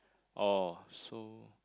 oh so